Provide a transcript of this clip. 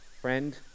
friend